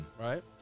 Right